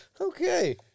Okay